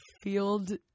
field